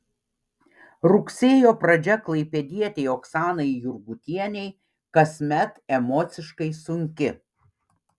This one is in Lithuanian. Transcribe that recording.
rugsėjo pradžia klaipėdietei oksanai jurgutienei kasmet emociškai sunki